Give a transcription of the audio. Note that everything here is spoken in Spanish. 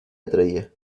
atraía